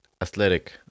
athletic